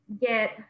get